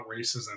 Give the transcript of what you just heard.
racism